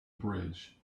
bridge